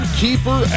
keeper